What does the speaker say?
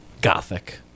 gothic